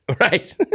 Right